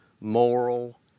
moral